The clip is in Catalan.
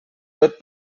tot